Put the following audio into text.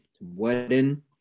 wedding